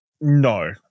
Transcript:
No